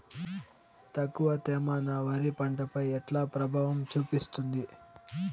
తక్కువ తేమ నా వరి పంట పై ఎట్లా ప్రభావం చూపిస్తుంది?